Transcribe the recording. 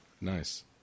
Nice